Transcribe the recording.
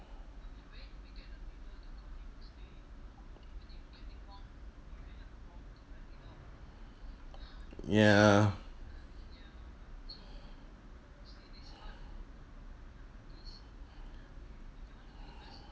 ya